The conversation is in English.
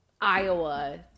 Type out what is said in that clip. Iowa